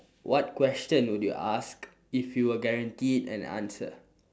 what question would you ask if you were guaranteed an answer